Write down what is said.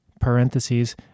parentheses